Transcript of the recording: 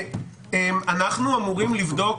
אנחנו אמורים לבדוק